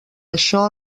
això